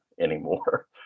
anymore